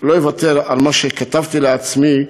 לא אוותר על מה שכתבתי לעצמי.